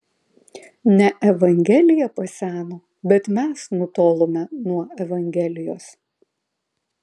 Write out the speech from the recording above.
ne evangelija paseno bet mes nutolome nuo evangelijos